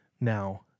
Now